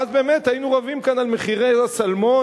ואז באמת היינו רבים כאן על מחירי הסלמון